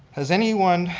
has anyone.